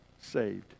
saved